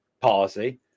policy